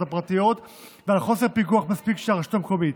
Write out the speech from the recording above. הפרטיות ועל חוסר פיקוח מספיק של הרשות המקומית.